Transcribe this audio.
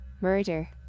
Murder